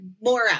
Maura